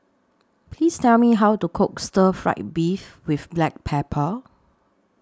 Please Tell Me How to Cook Stir Fried Beef with Black Pepper